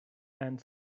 and